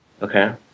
Okay